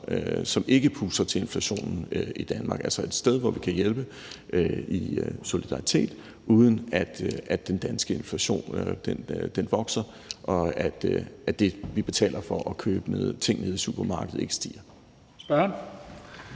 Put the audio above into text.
som ikke puster til inflationen i Danmark – den er altså noget, hvor vi kan hjælpe i solidaritet, uden at den danske inflation vokser, og at det, vi betaler for tingene nede i supermarkedet, ikke stiger.